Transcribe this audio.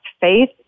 faith